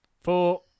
four